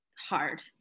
hard